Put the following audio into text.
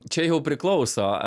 čia jau priklauso